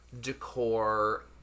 decor